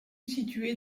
située